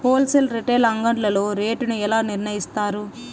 Whole sale retail అంగడ్లలో rate ను ఎలా నిర్ణయిస్తారు యిస్తారు?